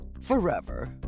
forever